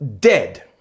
dead